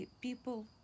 people